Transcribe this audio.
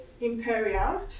Imperial